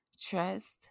Trust